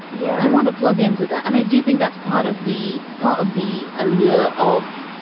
yeah. i want to plug into that. and i do think that's part of the part of the allure of,